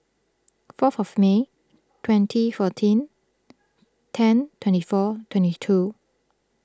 for fourth May twenty fourteen ten twenty four twenty two